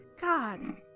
God